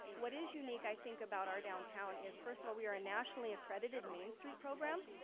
what is unique, i think, about our downtown, is first of all, we're a nationally accredited main street program.